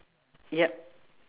yup